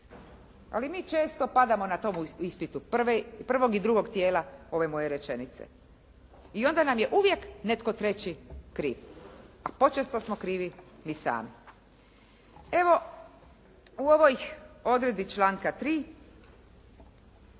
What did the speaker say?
Ali mi često padamo na tom ispitu, prvog i drugog dijela ove moje rečenice. I onda nam je uvijek netko treći kriv. Počesto smo krivi mi sami. Evo, u ovoj odredbi članka 3.,